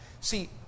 See